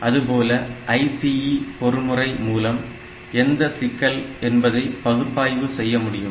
அதுபோல் ICE பொறிமுறை மூலம் என்ன சிக்கல் என்பதை பகுப்பாய்வு செய்ய முடியும்